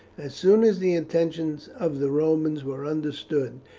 as soon as the intentions of the romans were understood,